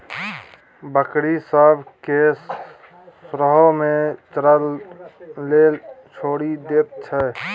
बकरी सब केँ सरेह मे चरय लेल छोड़ि दैत छै